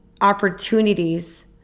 opportunities